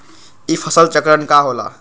ई फसल चक्रण का होला?